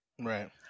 right